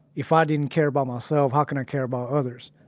if i didn't care about myself, how can i care about others?